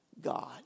God